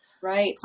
Right